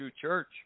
church